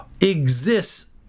exists